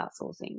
outsourcing